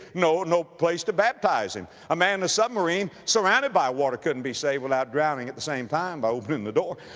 no, no place to baptize him. a man in a submarine, surrounded by water, couldn't be saved without drowning at the same time by opening the door.